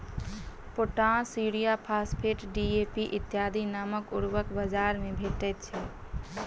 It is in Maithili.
पोटास, यूरिया, फास्फेट, डी.ए.पी इत्यादि नामक उर्वरक बाजार मे भेटैत छै